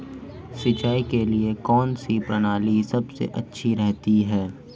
सिंचाई के लिए कौनसी प्रणाली सबसे अच्छी रहती है?